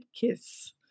kiss